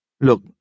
Look